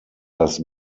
das